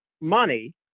money